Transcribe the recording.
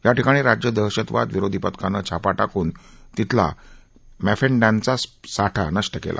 या ठिकाणी राज्य दहशतवाद विरोधी पथकानं छापा टाकून तिथला मॅफेडँनचा साठा नष्ट केला